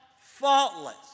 faultless